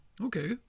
okay